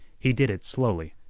he did it slowly,